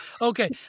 Okay